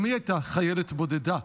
גם היא הייתה חיילת בודדה.